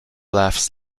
laughs